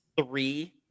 three